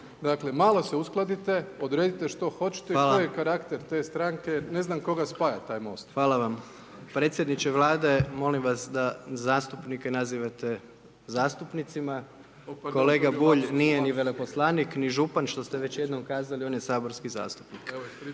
Dakle, malo se uskladite, odredite što hoćete …/Upadica: Hvala/…i koji je karakter te stranke, ne znam koga spaja taj Most. **Jandroković, Gordan (HDZ)** Hvala vam. Predsjedniče Vlade, molim vas da zastupnike nazivate zastupnicima, kolega Bulj nije ni veleposlanik, ni župan, što ste već jednom kazali, on je saborski zastupnik.